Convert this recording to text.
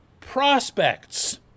prospects